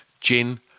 Gin